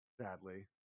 Sadly